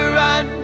run